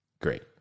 Great